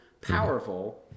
Powerful